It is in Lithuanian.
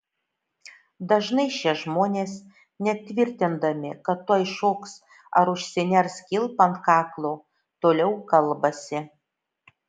dažnai šie žmonės net tvirtindami kad tuoj šoks ar užsiners kilpą ant kaklo toliau kalbasi